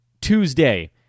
Tuesday